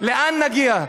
לאן נגיע?